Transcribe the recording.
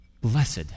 blessed